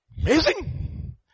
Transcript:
Amazing